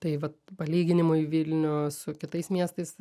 tai vat palyginimui vilnių su kitais miestais